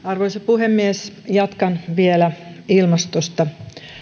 arvoisa puhemies jatkan vielä ilmastosta